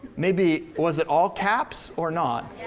maybe was it all caps or not?